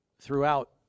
throughout